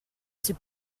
six